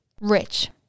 rich